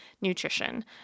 nutrition